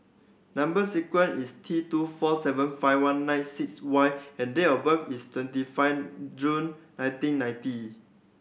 number sequence is T two four seven five one nine six Y and date of birth is twenty five June nineteen ninety